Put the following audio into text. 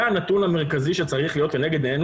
זה הנתון המרכזי שצריך להיות לנגד עינינו